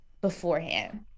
beforehand